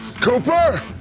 Cooper